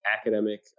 academic